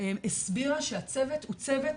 הסבירה שהצוות הוא צוות,